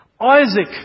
Isaac